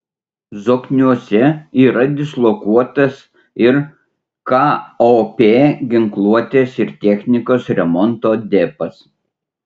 zokniuose yra dislokuotas ir kop ginkluotės ir technikos remonto depas